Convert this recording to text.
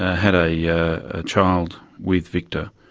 ah had ah yeah a child with victor.